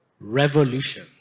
revolution